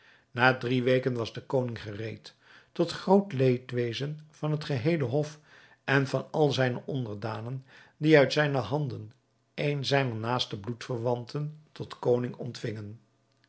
na drie weken was de koning gereed tot groot leedwezen van het geheele hof en van al zijne onderdanen die uit zijne handen een zijner naaste bloedverwanten tot koning ontvingen